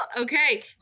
Okay